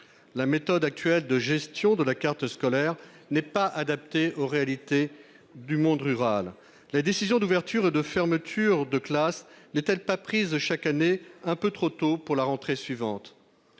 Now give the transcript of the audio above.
La méthode actuelle de gestion de la carte scolaire n'est pas adaptée aux réalités du monde rural. Les décisions d'ouverture ou de fermeture de classes ne sont-elles pas prises, chaque année, un peu trop tôt pour la rentrée suivante